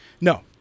No